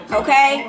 okay